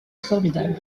formidable